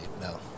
no